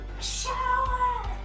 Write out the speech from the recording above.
Shower